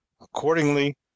Accordingly